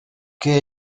que